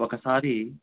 ఒకసారి